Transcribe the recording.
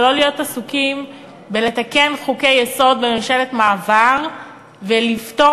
ולא להיות עסוקים בלתקן חוקי-יסוד בממשלת מעבר ולפטור